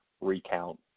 recount